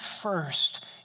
first